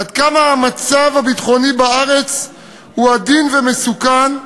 עד כמה המצב הביטחוני בארץ הוא עדין ומסוכן,